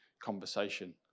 conversation